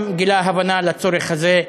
המפלגות הדתיות?